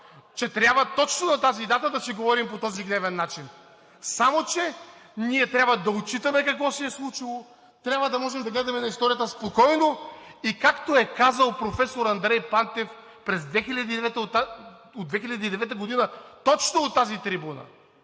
че точно на тази дата трябва да си говорим по този гневен начин. Само че ние трябва да отчитаме какво се е случило, трябва да можем да гледаме на историята спокойно. И както е казал професор Андрей Пантев през 2009 г. точно от тази трибуна: